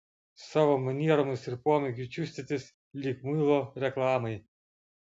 savo manieromis ir pomėgiu čiustytis lyg muilo reklamai